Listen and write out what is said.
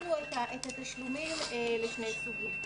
חילקנו את התשלומים לשני סוגים: